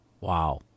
Wow